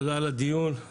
תודה עבור קיום הדיון,